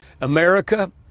America